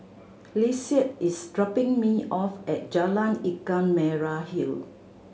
Lissette is dropping me off at Jalan Ikan Merah Hill